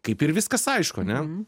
kaip ir viskas aišku ane